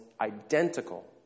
identical